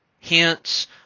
Hence